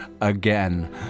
again